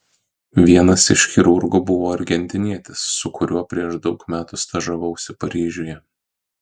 vienas iš chirurgų buvo argentinietis su kuriuo prieš daug metų stažavausi paryžiuje